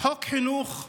חינוך חובה.